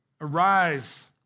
Arise